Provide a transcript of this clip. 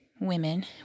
women